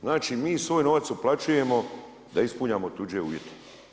Znači mi svoj novac uplaćujemo da ispunjamo tuđe uvjete.